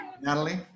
Natalie